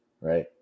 Right